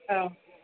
अ